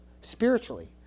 spiritually